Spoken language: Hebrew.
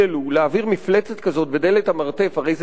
להעביר מפלצת כזאת בדלת המרתף הרי זה טירוף.